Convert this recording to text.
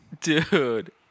dude